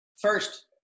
first